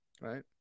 Right